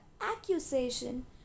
accusation